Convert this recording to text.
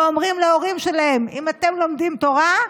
ואומרים להורים שלהם: אם אתם לומדים תורה,